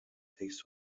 takes